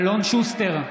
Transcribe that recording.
אלון שוסטר,